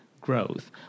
growth